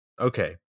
Okay